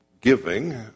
giving